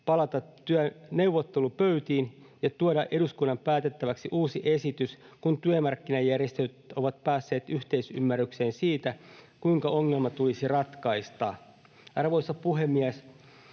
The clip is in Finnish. palata neuvottelupöytiin ja tuoda eduskunnan päätettäväksi uusi esitys, kun työmarkkinajärjestöt ovat päässeet yhteisymmärrykseen siitä, kuinka ongelma tulisi ratkaista. Arvoisa puhemies!